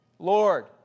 Lord